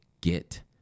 get